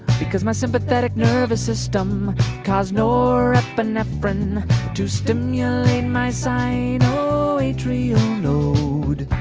because my sympathetic nervous system caused norepinephrine to stimulate my sinoatrial node.